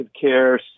care